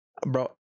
bro